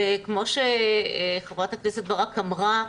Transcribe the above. וכמו שח"כ ברק אמרה,